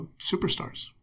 superstars